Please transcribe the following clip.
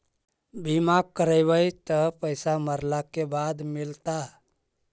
बिमा करैबैय त पैसा मरला के बाद मिलता?